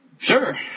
Sure